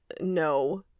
no